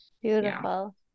Beautiful